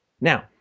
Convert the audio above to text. Now